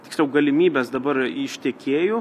tiksliau galimybes dabar iš tiekėjų